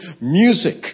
music